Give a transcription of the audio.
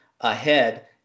ahead